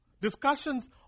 discussions